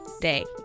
day